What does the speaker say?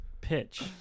pitch